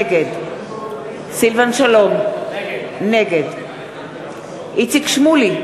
נגד סילבן שלום, נגד איציק שמולי,